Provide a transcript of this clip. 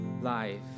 life